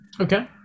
Okay